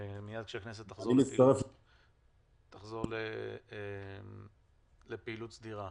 מיד כשהכנסת תחזור לפעילות סדירה.